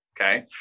Okay